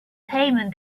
payment